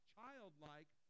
childlike